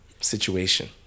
Situation